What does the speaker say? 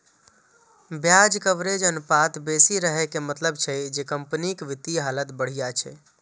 ब्याज कवरेज अनुपात बेसी रहै के मतलब छै जे कंपनीक वित्तीय हालत बढ़िया छै